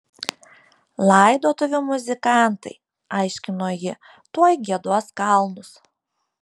laidotuvių muzikantai aiškino ji tuoj giedos kalnus